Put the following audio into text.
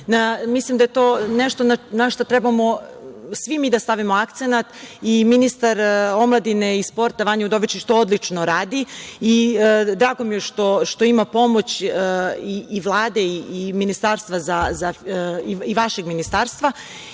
mislim da je to nešto na šta trebamo svi mi da stavimo akcenat i ministar omladine i sporta to odlično radi. Drago mi je što ima pomoć i Vlade i vašeg ministarstva. Želim